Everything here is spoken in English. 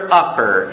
upper